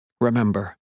Remember